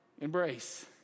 embrace